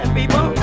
people